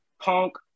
Punk